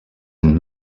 and